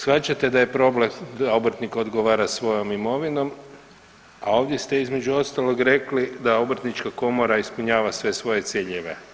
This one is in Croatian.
Shvaćate da je problem obrtnik odgovara svojom imovinom, a ovdje se, između ostalog rekli da Obrtnička komora ispunjava sve svoje ciljeve.